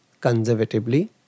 conservatively